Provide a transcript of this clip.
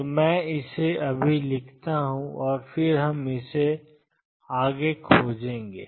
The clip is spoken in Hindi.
तो मैं इसे अभी लिखता हूँ और फिर हम इसे और आगे खोजेंगे